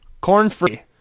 Corn-free